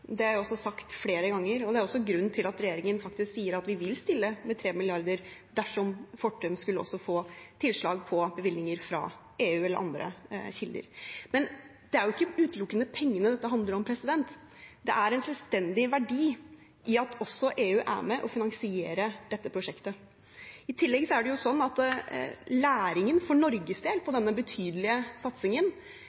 Det har jeg også sagt flere ganger. Det er også grunnen til at regjeringen faktisk sier at vi vil stille med 3 mrd. kr dersom Fortum skulle få tilslag på bevilgninger fra EU eller andre kilder. Men det er jo ikke utelukkende pengene dette handler om. Det er en selvstendig verdi i at også EU er med på å finansiere dette prosjektet. I tillegg er det sånn at læringen for Norges del på